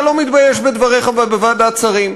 אתה לא מתבייש בדבריך בוועדת השרים.